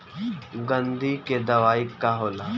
गंधी के दवाई का होला?